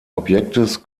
objektes